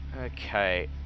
Okay